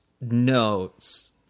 notes